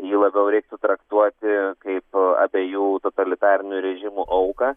jį labiau reiktų traktuoti kaip abiejų totalitarinių režimų auką